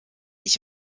ich